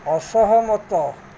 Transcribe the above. ଅସହମତ